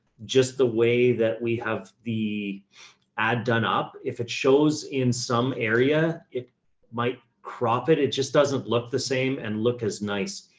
just the way that we have the ad done up. if it shows in some area, it might crop it. it just doesn't look the same and look as nice.